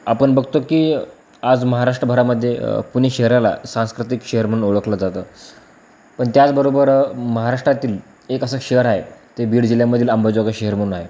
आपण बघतो की आज महाराष्ट्रभरामध्ये पुणे शहराला सांस्कृतिक शहर म्हणून ओळखलं जातं पण त्याचबरोबर महाराष्ट्रातील एक असं शहर आहे ते बीड जिल्ह्यामधील अंबाजोगाई शहर म्हणून आहे